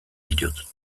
ditut